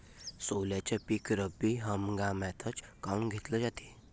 सोल्याचं पीक रब्बी हंगामातच काऊन घेतलं जाते?